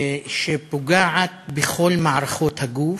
שפוגעת בכל מערכות הגוף.